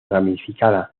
ramificada